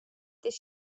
this